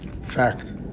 Fact